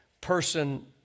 person